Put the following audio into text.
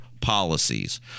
policies